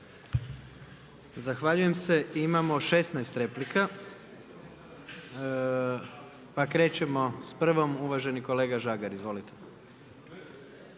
Zahvaljujem se. Imamo 16 replika, pa krećemo s prvom, uvaženi kolega Žagar. Izvolite.